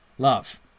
Love